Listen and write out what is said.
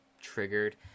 triggered